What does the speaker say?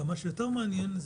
מה שיותר מעניין,